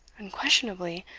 unquestionably,